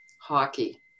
Hockey